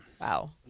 Wow